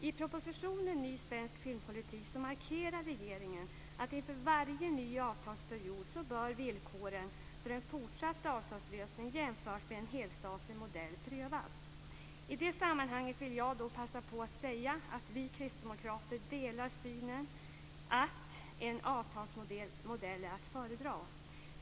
I propositionen Ny svensk filmpolitik markerar regeringen att inför varje ny avtalsperiod bör villkoren för en fortsatt avtalslösning jämfört med en helstatlig modell prövas. I det sammanhanget vill jag passa på att säga att vi kristdemokrater delar synen på att en avtalsmodell är att föredra.